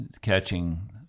catching